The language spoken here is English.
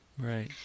right